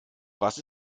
was